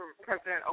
President